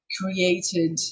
created